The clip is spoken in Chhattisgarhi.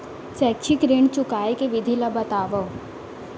शैक्षिक ऋण चुकाए के विधि ला बतावव